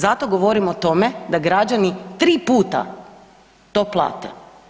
Zato govorim o tome da građani 3 puta to plate.